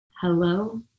Hello